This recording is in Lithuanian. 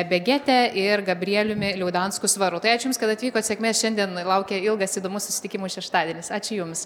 begete ir gabrieliumi liaudansku svaru tai aš jums kad atvykote sėkmės šiandien laukia ilgas įdomus susitikimų šeštadienis ačiū jums